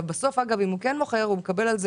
אם הוא בסוף מוכר הוא גם מקבל על זה